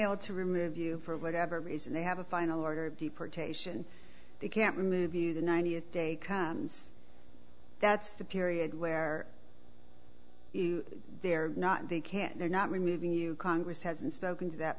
able to remove you for whatever reason they have a final order of deportation they can't move you the ninetieth day comes that's the period where they're not they can't they're not removing you congress hasn't spoken to that